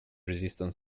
resistant